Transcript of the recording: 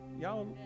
Y'all